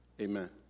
amen